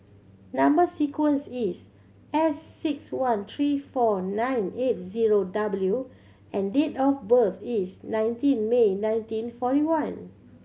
number sequence is S six one three four nine eight zero W and date of birth is nineteen May nineteen forty one